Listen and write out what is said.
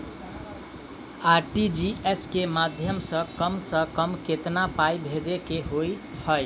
RTGS केँ माध्यम सँ कम सऽ कम केतना पाय भेजे केँ होइ हय?